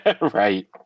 Right